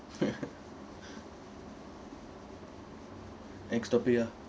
next topic ah